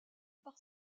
par